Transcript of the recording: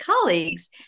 colleagues